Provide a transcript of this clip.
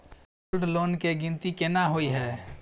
Gold loan केँ गिनती केना होइ हय?